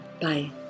Bye